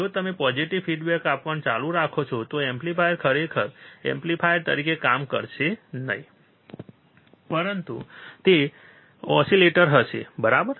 જો તમે positive feedback આપવાનું ચાલુ રાખો છો તો એમ્પ્લીફાયર ખરેખર એમ્પ્લીફાયર તરીકે કામ કરશે નહીં પરંતુ તે ઓસિલેટર હશે બરાબર